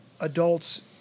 adults